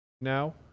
now